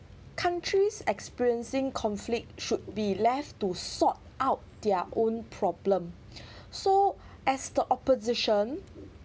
countries experiencing conflict should be left to sort out their own problem so as the opposition